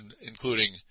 Including